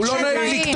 הוא לא נוהג לקטוע.